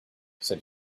said